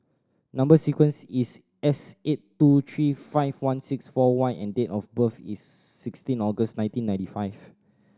number sequence is S eight two three five one six four Y and date of birth is sixteen August nineteen ninety five